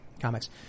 comics